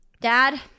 Dad